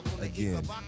again